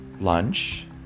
lunch